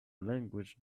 language